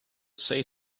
say